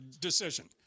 decision